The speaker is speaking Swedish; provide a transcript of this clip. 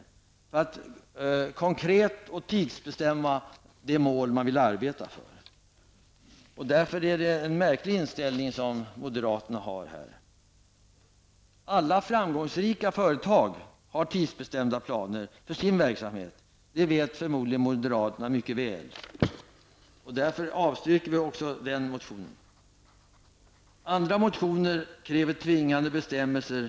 Det gäller att konkret kunna tidsbestämma det mål som man vill arbeta för. Därför tycker jag att moderaternas inställning här är märklig. Alla framgångsrika företag har tidsbestämda planer för sin verksamhet, och det vet moderaterna förmodligen mycket väl. Vi avstyrker den aktuella motionen. Sedan finns det motioner där man kräver tvingande bestämmelser.